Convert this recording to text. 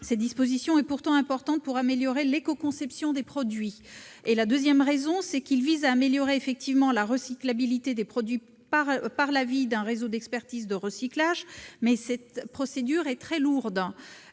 Cette disposition est pourtant importante pour améliorer l'éco-conception des produits. Ensuite, il tend à améliorer effectivement la recyclabilité des produits par l'avis d'un réseau d'expertise de recyclage, mais cette procédure est très lourde.